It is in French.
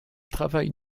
travaille